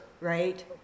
right